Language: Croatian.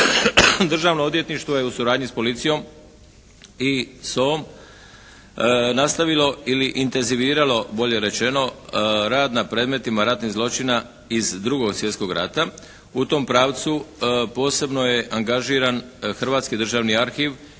Državno odvjetništvo je u suradnji sa Policijom i SOA-om nastavilo ili intenziviralo bolje rečeno rad na predmetima ratnih zločina iz Drugog svjetskog rata. U tom pravcu posebno je angažiran Hrvatski državni arhiv